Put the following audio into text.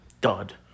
Dud